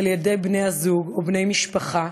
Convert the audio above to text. על-ידי בני-הזוג או בני משפחה